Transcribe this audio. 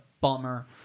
bummer